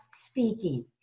speaking